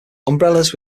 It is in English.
umbrellas